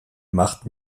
macht